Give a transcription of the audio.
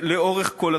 לאורך כל התקופה.